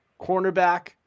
cornerback